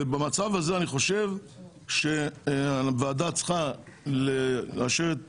אני חושב שבמצב הזה הוועדה צריכה לאשר את